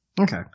okay